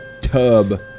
tub